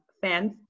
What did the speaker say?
fans